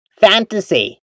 fantasy